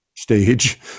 Stage